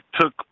took